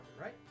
right